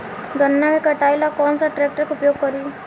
गन्ना के कटाई ला कौन सा ट्रैकटर के उपयोग करी?